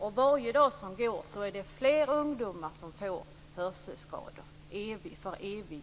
För varje dag som går är det fler ungdomar som får hörselskador för all framtid.